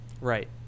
right